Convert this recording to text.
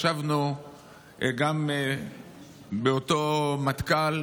ישבנו באותו מטכ"ל,